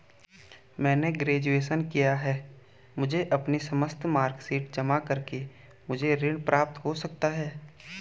मैंने ग्रेजुएशन किया है मुझे अपनी समस्त मार्कशीट जमा करके मुझे ऋण प्राप्त हो सकता है?